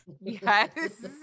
Yes